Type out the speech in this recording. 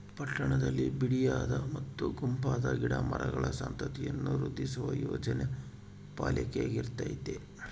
ಪಟ್ಟಣದಲ್ಲಿ ಬಿಡಿಯಾದ ಮತ್ತು ಗುಂಪಾದ ಗಿಡ ಮರಗಳ ಸಂತತಿಯನ್ನು ವೃದ್ಧಿಸುವ ಯೋಜನೆ ಪಾಲಿಕೆಗಿರ್ತತೆ